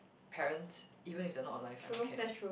parents even if they're not alive I don't care